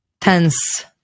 tense